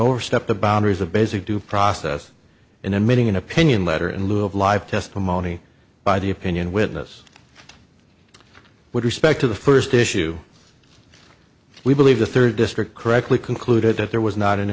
overstepped the boundaries of basic due process in admitting an opinion letter in lieu of live testimony by the opinion witness with respect to the first issue we believe the third district correctly concluded that there was not an